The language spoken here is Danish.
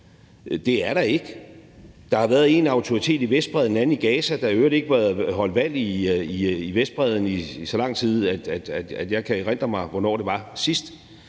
Det er der ikke. Der har været én autoritet i Vestbredden og en anden i Gaza, der i øvrigt ikke holdt vand i Vestbredden i så lang tid, at jeg kan erindre mig, hvornår det var sidst.